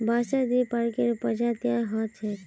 बांसेर दी प्रकारेर प्रजातियां ह छेक